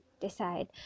decide